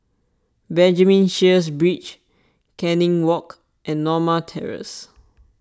Benjamin Sheares Bridge Canning Walk and Norma Terrace